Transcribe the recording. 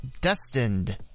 Destined